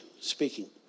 speaking